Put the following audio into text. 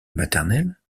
maternelle